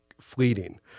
fleeting